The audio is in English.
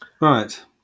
Right